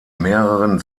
mehreren